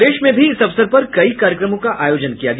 प्रदेश में भी इस अवसर पर कई कार्यक्रमों का आयोजन किया गया